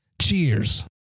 Cheers